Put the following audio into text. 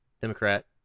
Democrat